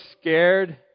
scared